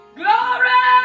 glory